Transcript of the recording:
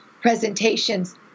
presentations